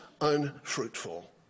unfruitful